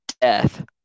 death